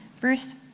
Bruce